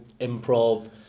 improv